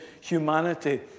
humanity